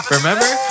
Remember